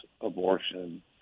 abortion